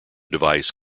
device